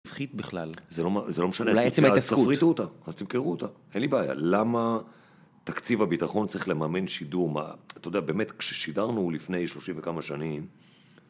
זה לא משנה, אז תפריטו אותה, אז תמכרו אותה, אין לי בעיה, למה תקציב הביטחון צריך לממן שידור מה, אתה יודע באמת כששידרנו לפני שלושים וכמה שנים